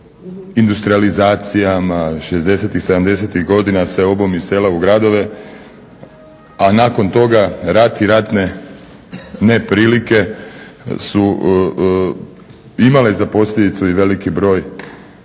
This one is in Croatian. industrijalizacijama 60-ih, 70-ih godina seobom iz sela u gradove, a nakon toga rat i ratne neprilike su imale za posljedicu i veliki broj